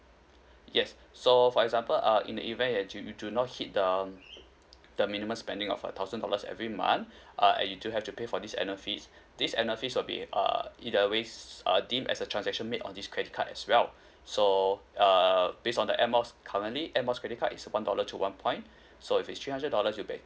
yes so for example uh in the event that you do not hit the um the minimum spending of a thousand dollars every month uh you do have to pay for this annual fee this annual fees will be err in a ways uh dim as a transaction made on this credit card as well so err based on the Air Miles currently Air Miles credit card is one dollar to one point so if it's three hundred dollars you'll be